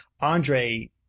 Andre